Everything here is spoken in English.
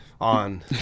on